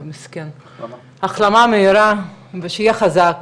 לאבא החלמה מהירה ושיהיה חזק